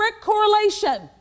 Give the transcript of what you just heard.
correlation